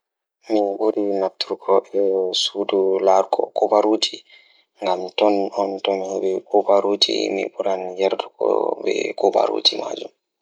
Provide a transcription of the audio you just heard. Mi waɗa heɓde moƴƴaare ngal e dow social media ngal e ɗiɗo, njangude njamaaji ngal toownde neɗɗo ngal ngam njiddaade ngal. Social media ngal njiddaade njam ngam ɗum waɗa miɗo waɗata waawde njiddaade ngal ngal.